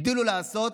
הגדילו לעשות: